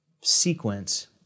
sequence